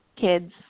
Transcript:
Kids